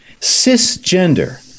cisgender